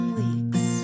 weeks